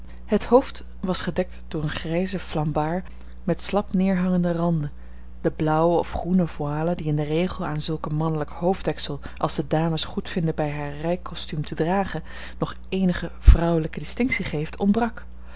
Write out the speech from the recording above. het hoofd was gedekt door een grijzen flambard met slap neerhangende randen de blauwe of groene voile die in den regel aan zulk een mannelijk hoofddeksel als de dames goedvinden bij haar rijkostuum te dragen nog eenige vrouwelijke distinctie geeft ontbrak